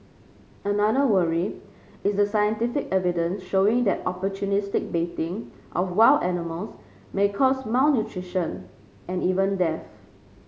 another worry is the scientific evidence showing that opportunistic baiting of wild animals may cause malnutrition and even death